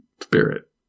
spirit